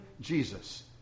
Jesus